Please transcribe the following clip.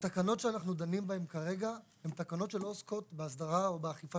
התקנות שאנחנו דנים בהן כרגע הן תקנות שלא עוסקות באסדרה או באכיפה